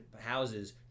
houses